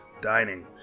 dining